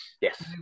Yes